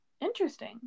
Interesting